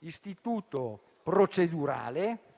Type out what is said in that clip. istituto procedurale,